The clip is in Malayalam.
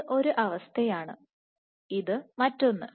ഇത് ഒരു അവസ്ഥയാണ് ആണ് ഇത് മറ്റൊന്ന്